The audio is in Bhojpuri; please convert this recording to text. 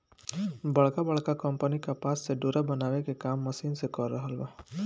बड़का बड़का कंपनी कपास से डोरा बनावे के काम मशीन से कर रहल बा